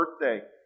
birthday